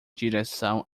direção